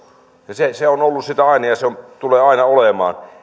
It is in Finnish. ja se se on ollut sitä aina ja se tulee aina olemaan